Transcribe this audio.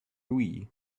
wii